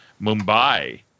Mumbai